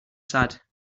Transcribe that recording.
sad